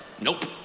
Nope